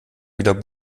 wieder